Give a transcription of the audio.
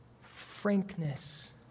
frankness